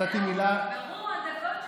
נתתי מילה, זהו, נגמרו הדקות שאמרת,